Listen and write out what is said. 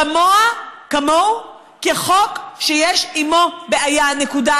כמוהו כחוק שיש עימו בעיה, נקודה.